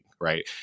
right